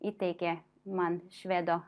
įteigė man švedų